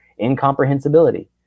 incomprehensibility